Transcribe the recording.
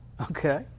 Okay